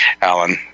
Alan